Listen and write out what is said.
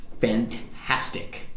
fantastic